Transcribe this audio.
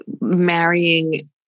marrying